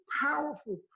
powerful